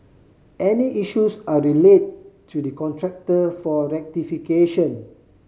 any issues are relayed to the contractor for rectification